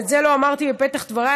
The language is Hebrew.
ואת זה לא אמרתי בפתח דבריי,